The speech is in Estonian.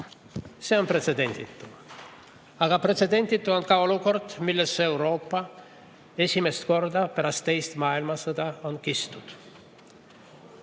See on pretsedenditu. Aga pretsedenditu on ka olukord, millesse Euroopa esimest korda pärast teist maailmasõda on kistud. Eesti